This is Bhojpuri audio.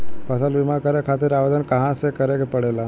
फसल बीमा करे खातिर आवेदन कहाँसे करे के पड़ेला?